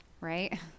right